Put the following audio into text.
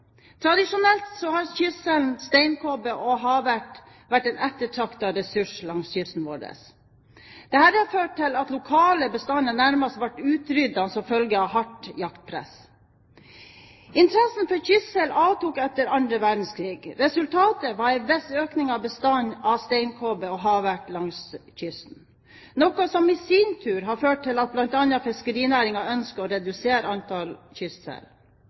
Tradisjonelt har kystsel, steinkobbe og havert vært en ettertraktet ressurs langs kysten vår. Dette førte til at lokale bestander nærmest ble utryddet som følge av hardt jaktpress. Interessen for kystsel avtok etter annen verdenskrig. Resultatet var en viss økning i bestanden av steinkobbe og havert langs kysten, noe som i sin tur har ført til at bl.a. fiskerinæringen ønsker å redusere antall kystsel.